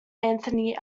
anthony